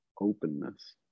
openness